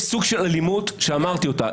יש סוג של אלימות שאמרתי אותה.